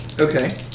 Okay